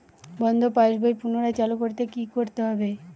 বন্ধ পাশ বই পুনরায় চালু করতে কি করতে হবে?